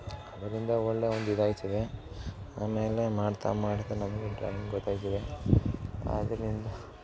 ಅದರಿಂದ ಒಳ್ಳೆಯ ಒಂದು ಇದಾಯ್ತದೆ ಆಮೇಲೆ ಮಾಡ್ತಾ ಮಾಡ್ತಾ ನಮಗೆ ಡ್ರಾಯಿಂಗ್ ಗೊತ್ತಾಯ್ತದೆ ಆದ್ದರಿಂದ